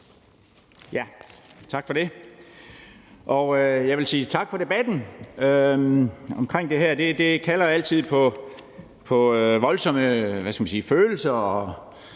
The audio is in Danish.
Tak for det. Jeg vil sige tak for debatten om det her. Det kalder altid på voldsomme følelser,